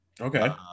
okay